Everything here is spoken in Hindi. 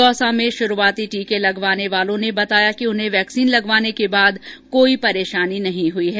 दौसा में शुरूआती टीके लगवाने वालों ने बताया कि उन्हें वैक्सीन लगवाने के बाद कोई परेशानी नहीं हुई है